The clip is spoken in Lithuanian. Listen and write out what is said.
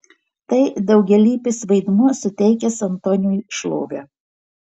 tai daugialypis vaidmuo suteikęs antoniui šlovę